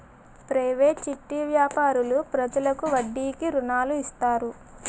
private చిట్టి వ్యాపారులు ప్రజలకు వడ్డీకి రుణాలు ఇస్తారు